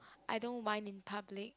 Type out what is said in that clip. I don't whine in public